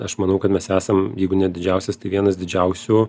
aš manau kad mes esam jeigu ne didžiausias tai vienas didžiausių